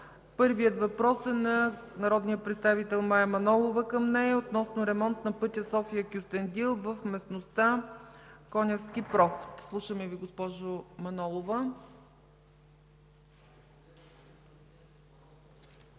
Първият въпрос е на народния представител Мая Манолова относно ремонт на пътя София – Кюстендил в местността Конявски проход. Слушаме Ви, госпожо Манолова.